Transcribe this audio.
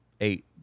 eight